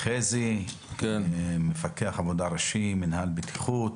חזי שורצמן, מפקח עבודה ראשי במינהל הבטיחות,